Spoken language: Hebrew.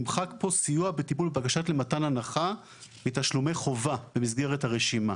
נמחק פה - סיוע בטיפול בבקשות למתן הנחה מתשלומי הנחה במסגרת הרשימה.